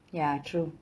ya true